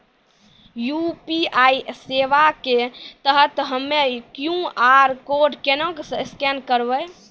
UPI सेवा के तहत हम्मय क्यू.आर कोड केना स्कैन करबै?